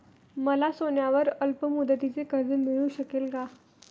मला सोन्यावर अल्पमुदतीचे कर्ज मिळू शकेल का?